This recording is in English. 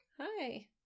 hi